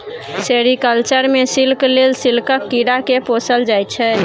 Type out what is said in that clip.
sericulture मे silk लेल सिल्कक कीरा केँ पोसल जाइ छै